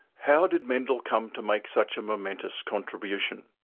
how did mendel come to make such a momentous contribution?